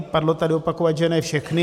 Padlo tady opakovaně, že ne všechny.